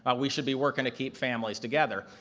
ah we should be working to keep families together.